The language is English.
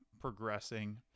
progressing